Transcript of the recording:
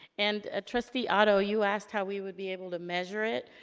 and, ah trustee otto, you asked how we would be able to measure it.